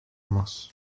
muss